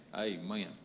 Amen